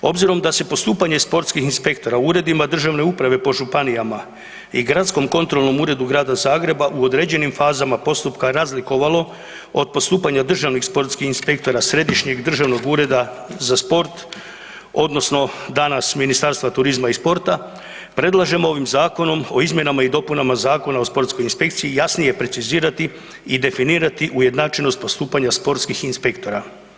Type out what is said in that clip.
Obzirom da se postupanje sportskih inspektora u uredima državne uprave po županijama i gradskom kontrolnom uredu Grada Zagreba u određenim fazama postupka razlikovalo od postupanja državnih sportskih inspektora središnjeg državnog ureda za sport odnosno danas Ministarstva turizma i sporta predlažemo ovim Zakonom o izmjenama i dopunama Zakona o sportskoj inspekciji jasnije precizirati i definirati ujednačenost postupanja sportskih inspektora.